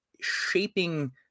shaping